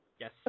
Yes